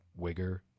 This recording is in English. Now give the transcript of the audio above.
wigger